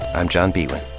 i'm john biewen.